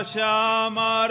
Shama